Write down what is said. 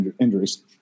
injuries